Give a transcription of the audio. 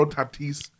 Tatis